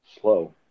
slow